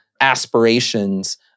aspirations